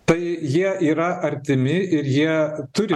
tai jie yra artimi ir jie turi